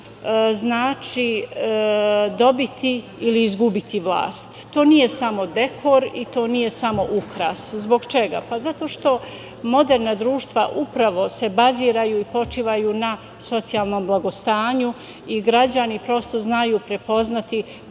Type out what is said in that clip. znači dobiti ili izgubiti vlast, to nije samo dekor i to nije samo ukras. Zbog čega? Zato što moderna društva se upravo baziraju i počivaju na socijalnom blagostanju i građani prosto znaju prepoznati